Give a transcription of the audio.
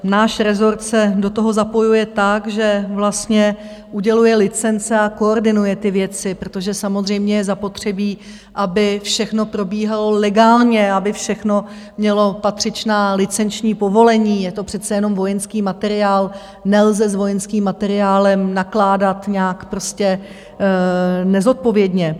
Náš rezort se do toho zapojuje tak, že vlastně uděluje licence a koordinuje ty věci, protože je samozřejmě zapotřebí, aby všechno probíhalo legálně, aby všechno mělo patřičná licenční povolení, je to přece jenom vojenský materiál, nelze s vojenským materiálem nakládat nějak nezodpovědně.